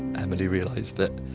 emily realized that,